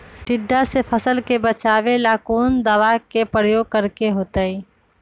टिड्डा से फसल के बचावेला कौन दावा के प्रयोग करके होतै?